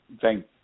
thank